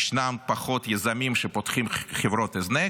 ישנם פחות יזמים שפותחים חברות הזנק,